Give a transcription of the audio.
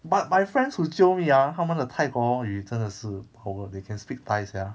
but my friends who jio me ah 他们的泰国语真的是 ho they can speak thai sia